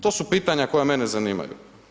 To su pitanja koja mene zanimaju.